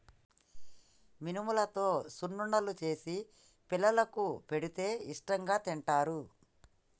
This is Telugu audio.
మినుములతో సున్నుండలు చేసి పిల్లలకు పెడితే ఇష్టాంగా తింటారు